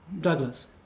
Douglas